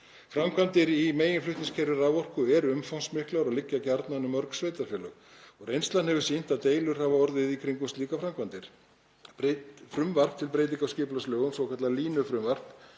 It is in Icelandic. Framkvæmdir í meginflutningskerfi raforku eru umfangsmiklar og liggja gjarnan um mörg sveitarfélög og reynslan hefur sýnt að deilur hafa orðið í kringum slíkar framkvæmdir. Frumvarp til breytingar á skipulagslögum, svokallaða línufrumvarp,